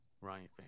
Ryan